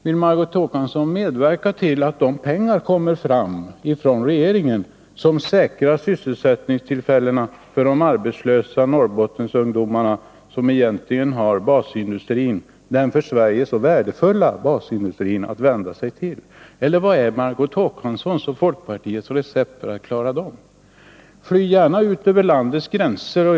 Vill Margot Håkansson medverka till att de pengar kommer fram från regeringen som säkrar sysselsättningstillfällena för de arbetslösa Norrbottensungdomarna, som egentligen bara har de för Sverige så värdefulla basindustrierna att vända sig till? Vad är annars Margot Håkanssons och folkpartiets recept för att klara dem? Fly gärna ut över landets gränser.